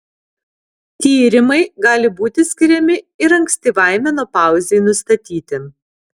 tyrimai gali būti skiriami ir ankstyvai menopauzei nustatyti